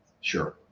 Sure